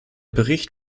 bericht